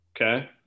Okay